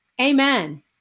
Amen